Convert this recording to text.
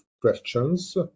questions